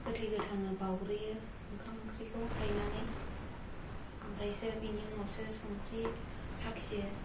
गोथै गोथांनो बावग्रोयो हायनानै ओमफ्रायसो बेनि उनावसो संख्रै साखियो